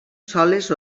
soles